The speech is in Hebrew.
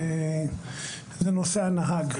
זה נושא הנהג,